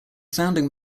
founding